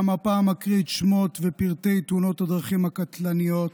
גם הפעם אקריא את שמות ופרטי תאונות הדרכים הקטלניות